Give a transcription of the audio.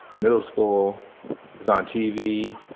middle school is on tv,